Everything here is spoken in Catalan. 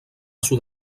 sud